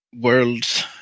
worlds